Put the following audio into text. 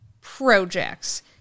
Projects